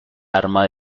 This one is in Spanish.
arma